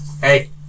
Hey